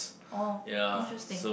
oh interesting